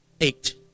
eight